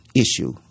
issue